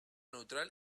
neutral